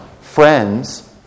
friends